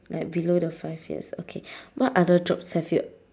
like below the five years okay what other jobs have you